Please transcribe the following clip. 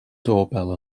doorbell